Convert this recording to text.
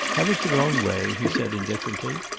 have it your own way, he said indifferently.